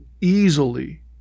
easily